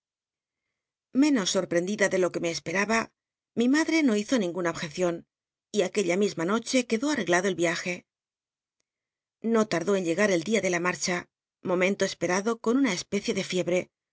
so rprendida de lo que me cspetaba tui malitc no hizo ninguna ohjcdon y ac uella mi lllll noche quedó arreglado el viaje no tardó en llcgat el dia de la marcha motnenl o esperado con una especie de flebrc